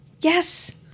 Yes